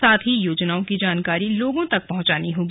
साथ ही योजनाओं की जानकारी लोगों तक पहुंचानी होगी